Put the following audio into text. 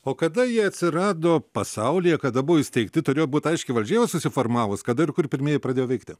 o kada jie atsirado pasaulyje kada buvo įsteigti turėjo būt aiški valdžia jau susiformavus kada ir kur pirmieji pradėjo veikti